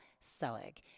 Selig